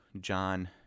John